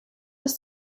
ist